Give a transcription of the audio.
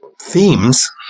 themes